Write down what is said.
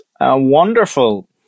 wonderful